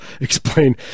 Explain